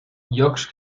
llocs